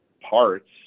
parts